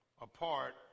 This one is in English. apart